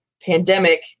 pandemic